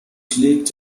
liegt